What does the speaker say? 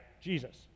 Jesus